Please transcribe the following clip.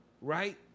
right